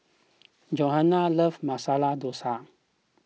Johannah loves Masala Dosa